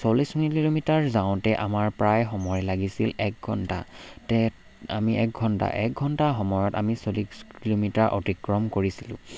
চল্লিছ কিলোমিটাৰ যাওঁতে আমাৰ প্ৰায় সময় লাগিছিল এক ঘণ্টা তে আমি এক ঘণ্টা এক ঘণ্টা সময়ত আমি চল্লিছ কিলোমিটাৰ অতিক্ৰম কৰিছিলোঁ